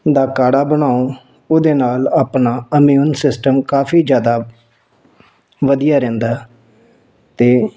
ਦਾ ਕਾੜਾ ਬਣਾਓ ਉਹਦੇ ਨਾਲ ਆਪਣਾ ਅਨਮਿਊਨ ਸਿਸਟਮ ਕਾਫ਼ੀ ਜ਼ਿਆਦਾ ਵਧੀਆ ਰਹਿੰਦਾ ਅਤੇ